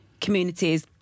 communities